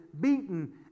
beaten